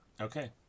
Okay